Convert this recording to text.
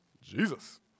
Jesus